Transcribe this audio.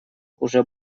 уже